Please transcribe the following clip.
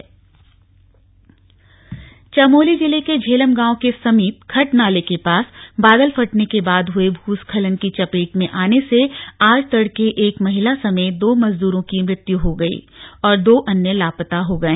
भूस्खलन चमोली जिले के झेलम गांव के समीप खट नाले के पास बादल फटने के बाद हए भूस्खलन की चपेट मे आने से आज तड़के एक महिला समेत दो मजदूरों की मृत्यु हो गई और दो अन्य लापता हो गए